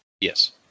yes